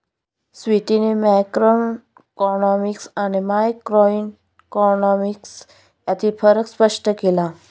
स्वीटीने मॅक्रोइकॉनॉमिक्स आणि मायक्रोइकॉनॉमिक्स यांतील फरक स्पष्ट केला